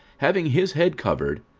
having his head covered,